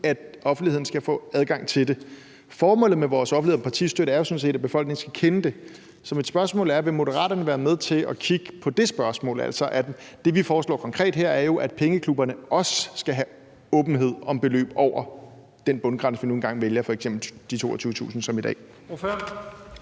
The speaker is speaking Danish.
at offentligheden skal få adgang til det. Formålet med vores offentlighed om partistøtte er jo sådan set, at befolkningen skal kende det. Så mit spørgsmål er: Vil Moderaterne være med til at kigge på det spørgsmål? Det, vi foreslår konkret her, er jo, at pengeklubberne også skal have åbenhed om beløb over den bundgrænse, vi nu engang vælger, f.eks. de 22.000 kr. som i dag.